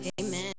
amen